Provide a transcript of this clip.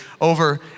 over